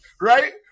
right